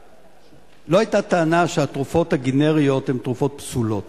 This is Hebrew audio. לא היתה טענה שהתרופות הגנריות הן תרופות פסולות,